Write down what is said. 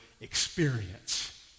experience